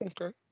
Okay